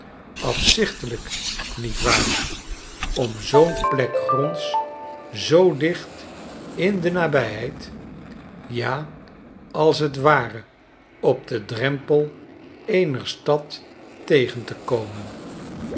afzichtelijk niet waar om zoo n plek gronds zoo dicht in de nabijheid ja als t ware op den drempel eener stad tegen te komen